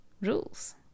rules